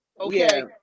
okay